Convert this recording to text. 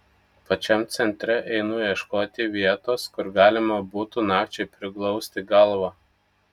pačiam centre einu ieškoti vietos kur galima būtų nakčiai priglausti galvą